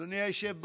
אדוני היושב בראש,